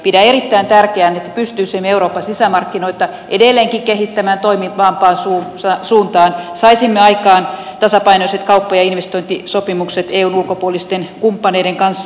pidän erittäin tärkeänä että pystyisimme euroopan sisämarkkinoita edelleenkin kehittämään toimivampaan suuntaan saisimme aikaan tasapainoiset kauppa ja investointisopimukset eun ulkopuolisten kumppaneiden kanssa